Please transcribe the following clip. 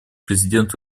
президент